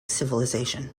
civilization